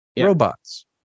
Robots